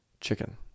chicken